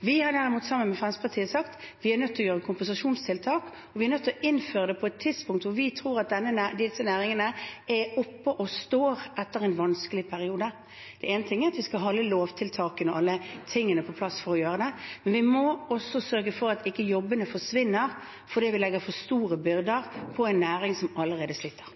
Vi har derimot sammen med Fremskrittspartiet sagt at vi er nødt til å gjøre kompenserende tiltak, og vi er nødt til å innføre det på et tidspunkt hvor vi tror at disse næringene er oppe og står etter en vanskelig periode. En ting er at vi skal ha alle lovvedtakene og alle tingene på plass for å gjøre det, men vi må også sørge for at ikke jobbene forsvinner fordi vi legger for store byrder på en næring som allerede sliter.